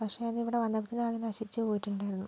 പക്ഷേ അത് ഇവിടെ വന്നപ്പഴേ അത് നശിച്ച് പോയിട്ട് ഉണ്ടായിരുന്നു